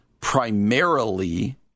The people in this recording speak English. primarily